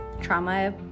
trauma